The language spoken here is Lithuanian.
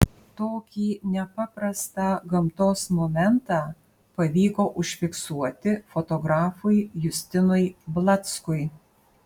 tokį nepaprastą gamtos momentą pavyko užfiksuoti fotografui justinui blackui